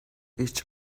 each